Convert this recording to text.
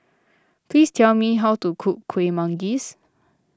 please tell me how to cook Kueh Manggis